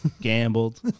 gambled